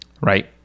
Right